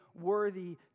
worthy